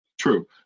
True